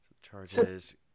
charges